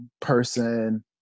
Person